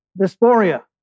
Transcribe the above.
dysphoria